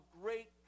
great